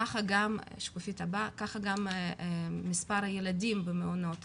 ככה גם מספר הילדים במעונות.